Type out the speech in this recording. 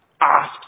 asked